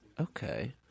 Okay